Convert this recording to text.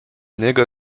niego